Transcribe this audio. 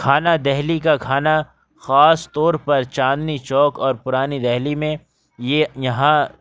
کھانا دہلی کا کھانا خاص طور پر چاندنی چوک اور پرانی دہلی میں یہ یہاں